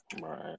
right